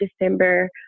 December